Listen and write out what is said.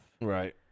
Right